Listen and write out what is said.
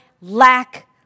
lack